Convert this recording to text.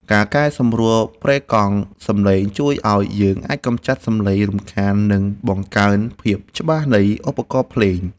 ការកែសម្រួលប្រេកង់សំឡេងជួយឱ្យយើងអាចកម្ចាត់សំឡេងរំខាន និង បង្កើនភាពច្បាស់នៃឧបករណ៍ភ្លេង។